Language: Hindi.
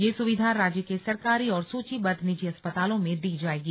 यह सुविधा राज्य के सरकारी और सुचीबद्ध निजी अस्पतालों में दी जायेगी